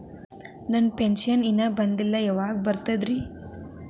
ನನ್ನ ಪೆನ್ಶನ್ ಇನ್ನೂ ಬಂದಿಲ್ಲ ಯಾವಾಗ ಬರ್ತದ್ರಿ?